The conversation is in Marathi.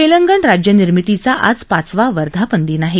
तेलंगण राज्यनिर्मितीचा आज पाचवा वर्धापन दिन आहे